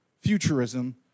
futurism